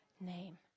name